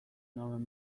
نام